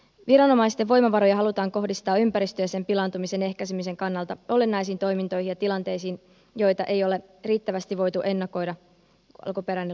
viranomaisten voimavaroja halutaan kohdistaa ympäristön ja sen pilaantumisen ehkäisemisen kannalta olennaisiin toimintoihin ja tilanteisiin joita ei ole riittävästi voitu ennakoida kun alkuperäinen lupa on myönnetty